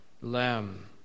Lamb